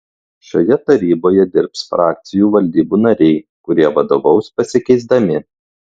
šioje taryboje dirbs frakcijų valdybų nariai kurie vadovaus pasikeisdami